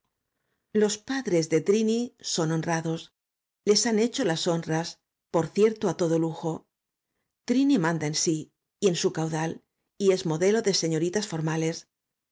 los padres de trini son honrados les han hecho las honras por cierto á todo lujo trini manda en sí y en su caudal y es modelo de señoritas formales